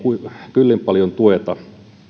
kyllin paljon tueta